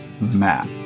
Map